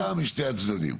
כניסה משני הצדדים.